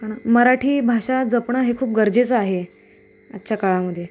पण मराठी भाषा जपणं हे खूप गरजेचं आहे आजच्या काळामध्ये